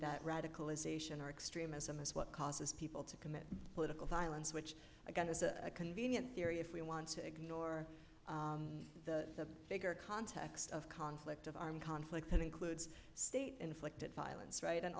that radicalization or extremism is what causes people to commit political violence which again is a convenient theory if we want to ignore the bigger context of conflict of armed conflict that includes state inflicted violence right and